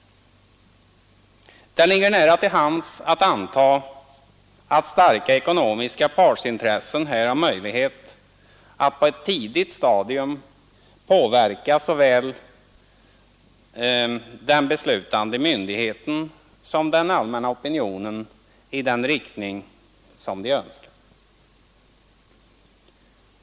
Det ligger nära till hands att ant partsintressen här har möjlighet att på ett tidigt stadium påverka såväl den beslutande myndigheten som den allmänna opinionen i den riktning de önskar.